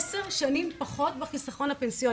עשר שנים פחות בחיסכון הפנסיוני.